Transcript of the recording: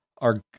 are-